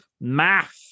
Math